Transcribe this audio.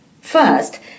First